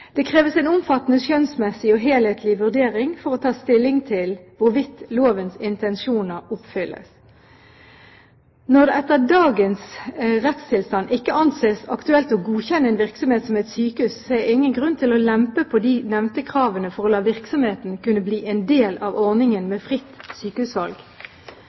Det kreves en omfattende skjønnsmessig og helhetlig vurdering for å ta stilling til hvorvidt lovens intensjoner oppfylles. Når det etter dagens rettstilstand ikke anses aktuelt å godkjenne en virksomhet som et sykehus, ser jeg ingen grunn til å lempe på de nevnte kravene for å la virksomheten kunne bli en del av ordningen med fritt sykehusvalg.